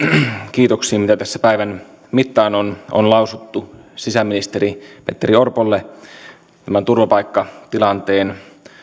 kiitoksiin mitä tässä päivän mittaan on on lausuttu sisäministeri petteri orpolle tämän turvapaikkatilanteen